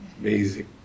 Amazing